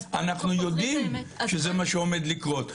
אנחנו יודעים שזה מה שעומד לקרות.